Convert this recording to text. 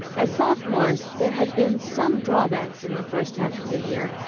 as sophomores, there had been some drawbacks in the first half of the year,